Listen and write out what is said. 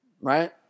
Right